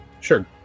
sure